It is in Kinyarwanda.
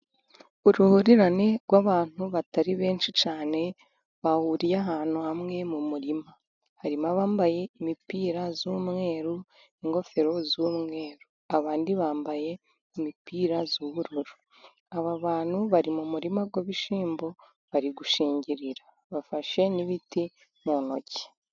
Uruhurirane rw'abantu batari benshi cyane, bahuriye ahantu hamwe mu murima harimo abambaye imipira y'umweru, ingofero z'umweru, abandi bambaye imipira y'ubururu, aba bantu bari mu murima w'ibishyimbo, bari gushingirira bafashe n'ibiti mu ntoki.